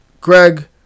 Greg